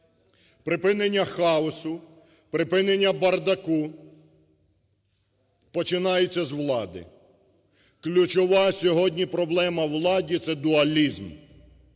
Припинення хаосу, припинення бардаку починається з влади. Ключова сьогодні проблема влади – це дуалізм.